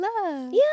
love